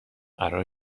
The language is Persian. قرار